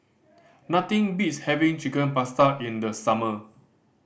nothing beats having Chicken Pasta in the summer